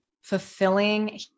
fulfilling